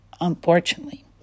unfortunately